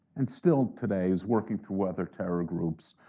and still today, is working through other terror groups,